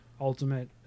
Ultimate